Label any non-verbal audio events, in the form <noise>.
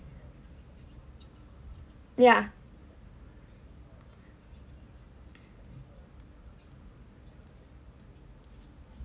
yeah <breath>